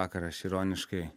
vakar aš ironiškai